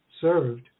served